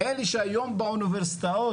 אלה שהיום באוניברסיטאות.